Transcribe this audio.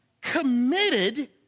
Committed